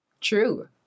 true